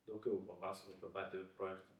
daugiau papasakok apie patį projektą